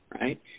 right